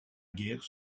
guerre